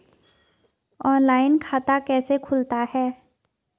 Online खाता कैसे खुलता है?